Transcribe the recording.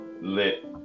Lit